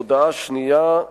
הודעה שנייה: